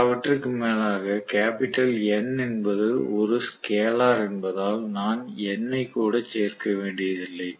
எல்லாவற்றிற்கும் மேலாக N என்பது ஒரு ஸ்கேலார் என்பதால் நான் N ஐ கூட சேர்க்க வேண்டியதில்லை